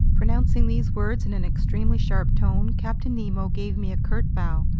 pronouncing these words in an extremely sharp tone, captain nemo gave me a curt bow.